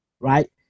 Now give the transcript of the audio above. right